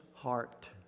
heart